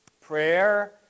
Prayer